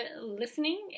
listening